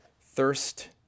thirst